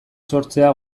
sortzea